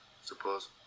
suppose